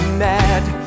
mad